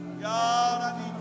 God